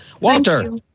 Walter